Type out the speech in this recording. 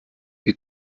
wie